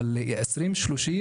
חודשים ספורים.